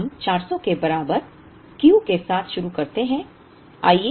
तो हम 400 के बराबर Q के साथ शुरू करते हैं